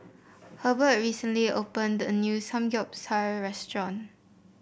Hebert recently opened a new Samgeyopsal restaurant